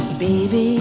Baby